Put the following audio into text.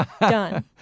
Done